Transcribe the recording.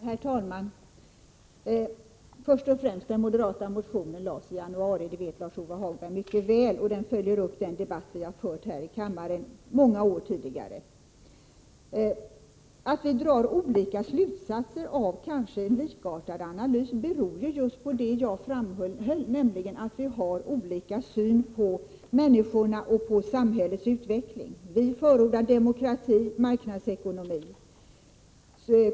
Herr talman! Först och främst: Den moderata motionen väcktes i januari, det vet Lars-Ove Hagberg mycket väl, och den följer upp den debatt vi har fört här i kammaren under många år tidigare. Att vi drar olika slutsatser av en kanske likartad analys beror just på det jag framhöll, nämligen att vi har olika syn på människorna och på samhällets utveckling. Vi förordar demokrati och marknadsekonomi.